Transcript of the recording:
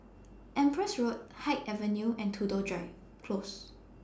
Empress Road Haig Avenue and Tudor Drive Close